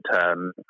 term